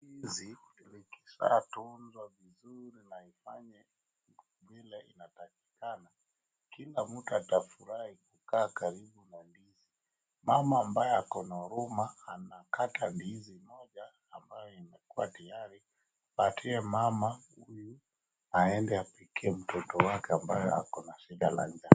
Ndizi ikisha tunzwa vizuri na ifanye vile inatakikana, kila mtu atafurahi kukaa karibu na ndizi. Mama ambaye ako na huruma anakata ndizi moja ambaye imekuwa tayari, apatie mama huyu aende apikie mtoto wake ambaye ako na shida la njaa.